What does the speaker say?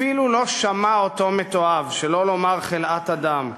אפילו לא שמע אותו מתועב, שלא לומר חלאת אדם,